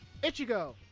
Ichigo